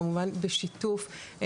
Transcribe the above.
כמובן בשיתוף.